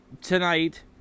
tonight